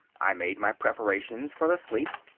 i made my preparations for the sleep.